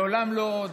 לעולם לא עוד.